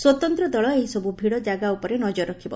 ସ୍ୱତନ୍ତ ଦଳ ଏହି ସବୁ ଭିଡ଼ କାଗା ଉପରେ ନକର ରଖିବ